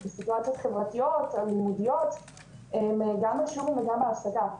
בסיטואציות חברתיות או לימודיות גם בשיעורים וגם בהפסקה.